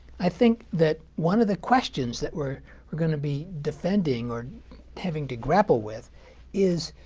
i think that one of the questions that we're we're going to be defending or having to grapple with is,